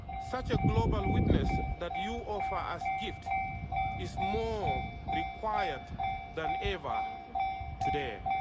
such a global witness that you offer as gift is more required than ever today.